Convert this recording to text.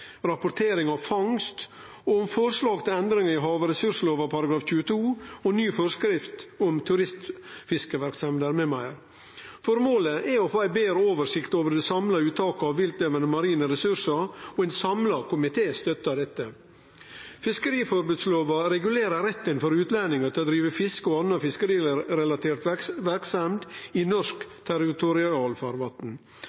rapportering av fangst, forslag til endringar i havressurslova § 22 og ny forskrift om turistfiskeverksemder m.m. Formålet er å få ei betre oversikt over det samla uttaket av viltlevande marine ressursar, og ein samla komité støttar dette. Fiskeriforbodslova regulerer retten for utlendingar til å drive fiske og anna fiskerirelatert verksemd i